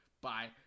Bye